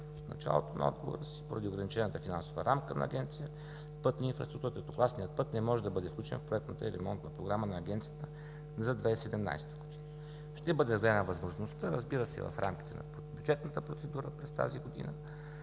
началото на отговора си, поради ограничената финансова рамка на Агенция „Пътна инфраструктура“ третокласният път не може да бъде включен в проектната и ремонтна програма на Агенцията за 2017 г. Ще им бъде дадена възможността, разбира се, рамките на бюджетната процедура през тази година